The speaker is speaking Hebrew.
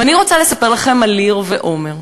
ואני רוצה לספר לכם על ליר ועומר.